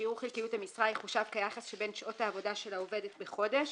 שיעור חלקיות המשרה יחושב כיחס שבין שעות העבודה של העובדת בחודש